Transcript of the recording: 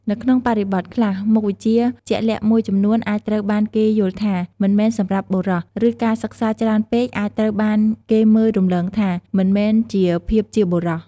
នៅក្នុងបរិបទខ្លះ មុខវិជ្ជាជាក់លាក់មួយចំនួនអាចត្រូវបានគេយល់ថា "មិនមែនសម្រាប់បុរស" ឬការសិក្សាច្រើនពេកអាចត្រូវបានគេមើលរំលងថា "មិនមែនជាភាពជាបុរស" ។